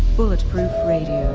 bulletproof radio,